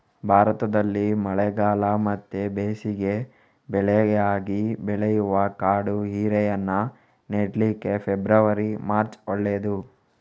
ಭಾರತದಲ್ಲಿ ಮಳೆಗಾಲ ಮತ್ತೆ ಬೇಸಿಗೆ ಬೆಳೆಯಾಗಿ ಬೆಳೆಯುವ ಕಾಡು ಹೀರೆಯನ್ನ ನೆಡ್ಲಿಕ್ಕೆ ಫೆಬ್ರವರಿ, ಮಾರ್ಚ್ ಒಳ್ಳೇದು